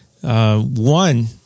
One